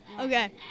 Okay